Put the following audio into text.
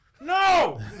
no